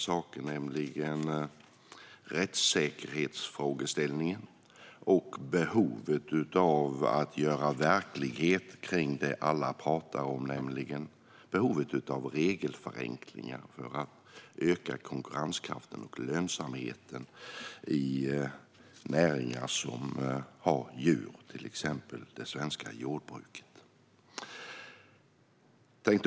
Det är rättssäkerhetsfrågeställningen och behovet av att göra verklighet av det som alla pratar om, nämligen regelförenklingar för att öka konkurrenskraften och lönsamheten i näringar som har djur, till exempel det svenska jordbruket.